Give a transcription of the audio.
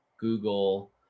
Google